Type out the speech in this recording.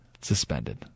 suspended